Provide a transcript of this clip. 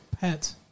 pet